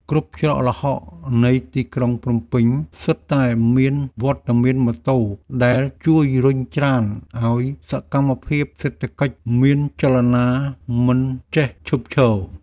គ្រប់ច្រកល្ហកនៃទីក្រុងភ្នំពេញសុទ្ធតែមានវត្តមានម៉ូតូដែលជួយរុញច្រានឱ្យសកម្មភាពសេដ្ឋកិច្ចមានចលនាមិនចេះឈប់ឈរ។